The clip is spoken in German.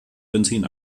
benzin